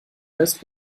heißt